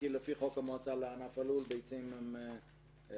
כי לפי חוק המועצה לענף הלול ביצים הן במכסות,